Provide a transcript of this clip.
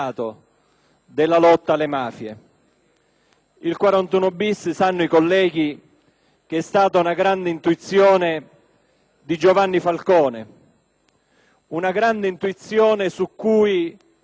Il 41-*bis* - i colleghi lo sanno - è stata una grande intuizione di Giovanni Falcone, una grande intuizione su cui non penso possa valere